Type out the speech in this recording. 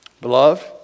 Beloved